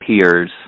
peers